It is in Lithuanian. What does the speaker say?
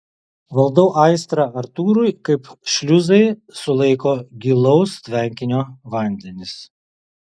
valdau aistrą artūrui kaip šliuzai sulaiko gilaus tvenkinio vandenis